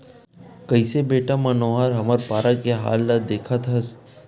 कइसे बेटा मनोहर हमर पारा के हाल ल देखत हस